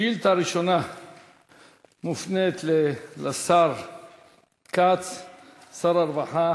שאילתה ראשונה מופנית לשר הרווחה